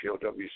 POWs